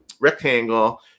rectangle